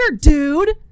dude